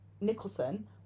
Nicholson